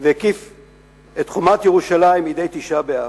והקיף את חומת ירושלים מדי תשעה באב.